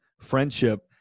friendship